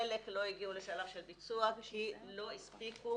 חלק לא הגיעו לשלב של ביצוע כי לא הספיקו